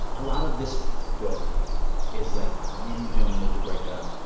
a lot of this book is, like, you dealing with the breakup,